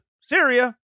Syria